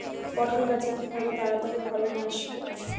পটল গাছে কিভাবে তাড়াতাড়ি ফলন আসবে?